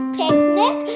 picnic